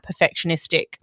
perfectionistic